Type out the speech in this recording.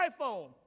iPhone